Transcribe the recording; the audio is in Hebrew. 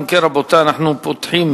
אם כן, אנחנו פותחים